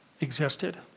existed